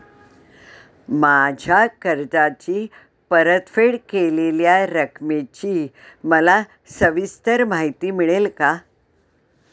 माझ्या कर्जाची परतफेड केलेल्या रकमेची मला सविस्तर माहिती मिळेल का?